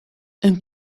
een